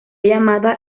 llamada